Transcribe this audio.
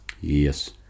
yes